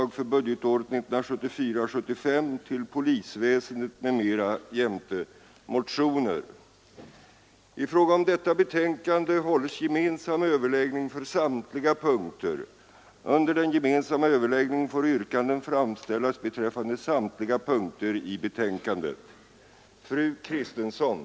2. att riksdagen skulle uttala att i avvaktan på en samlad plan för arméns fredsorganisation den i propositionen till Strängnäs förlagda pansarbataljonen borde bibehållas i det nuvarande etablissementet i Enköping under en benämning som anknöt till Göta livgarde och med stegvis inriktning på infanteriuppgifter och därav föranledda kompletteringar.